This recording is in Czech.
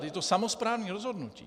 Je to samosprávní rozhodnutí.